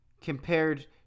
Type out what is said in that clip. compared